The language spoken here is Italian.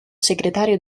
segretario